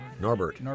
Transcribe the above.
Norbert